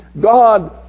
God